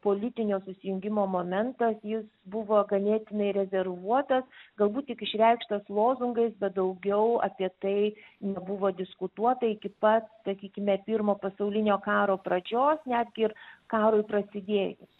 politinio susijungimo momentas jis buvo ganėtinai rezervuotas galbūt tik išreikštas lozungais bet daugiau apie tai nebuvo diskutuota iki pat sakykime pirmo pasaulinio karo pradžios netgi ir karui prasidėjus